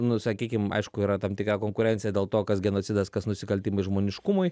nu sakykim aišku yra tam tikra konkurencija dėl to kas genocidas kas nusikaltimai žmoniškumui